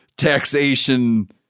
Taxation